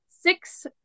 six